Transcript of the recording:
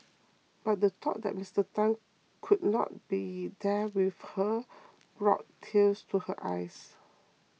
but the thought that Mister Tan could not be there with her brought tears to her eyes